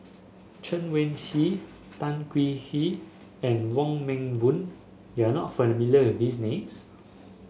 Chen Wen Hsi Tan Hwee Hwee and Wong Meng Voon you are not familiar with these names